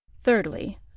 Thirdly